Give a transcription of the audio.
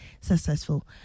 successful